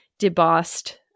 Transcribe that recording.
debossed